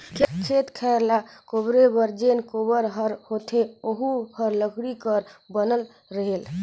खेत खायर ल कोपरे बर जेन कोपर हर होथे ओहू हर लकरी कर बनल रहेल